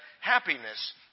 happiness